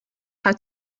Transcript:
how